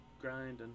grinding